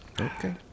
Okay